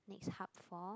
next hub for